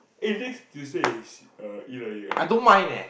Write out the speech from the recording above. eh next Tuesday is uh E learning ah